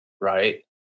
right